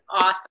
awesome